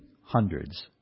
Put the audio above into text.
hundreds